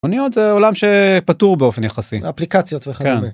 מוניות זה עולם שפתור באופן יחסי אפליקציות וכדומה